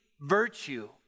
virtue